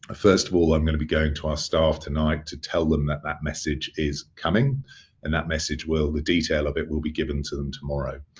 ah first of all, i'm gonna be going to our staff tonight to tell them that that message is coming and that message. well, the detail of it will be given to them tomorrow.